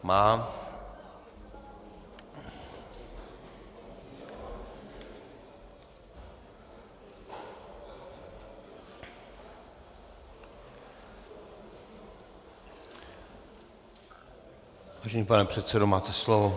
Má. Vážený pane předsedo, máte slovo.